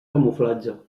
camuflatge